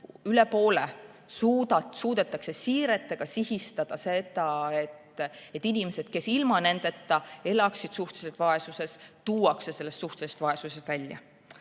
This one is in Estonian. Soomes suudetakse üle poole siiretega sihistada seda, et inimesed, kes ilma nendeta elaksid suhtelises vaesuses, tuuakse suhtelisest vaesusest välja.